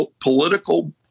political